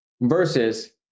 versus